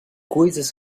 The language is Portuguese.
coisas